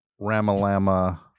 Ramalama-